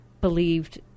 believed